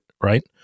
right